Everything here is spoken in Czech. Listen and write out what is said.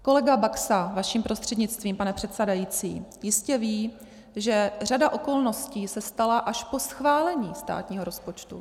Kolega Baxa vaším prostřednictvím, pane předsedající, jistě ví, že řada okolností se stala až po schválení státního rozpočtu.